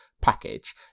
package